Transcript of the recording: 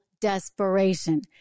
desperation